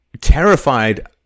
terrified